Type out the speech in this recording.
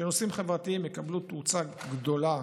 שנושאים חברתיים יקבלו תאוצה גדולה